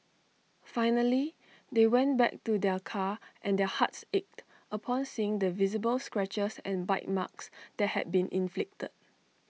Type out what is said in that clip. finally they went back to their car and their hearts ached upon seeing the visible scratches and bite marks that had been inflicted